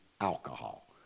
alcohol